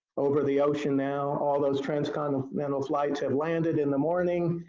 over the ocean now, all those transcontinental flights have landed in the morning,